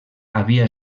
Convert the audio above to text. havia